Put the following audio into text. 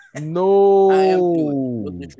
no